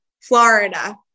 Florida